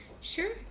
sure